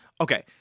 Okay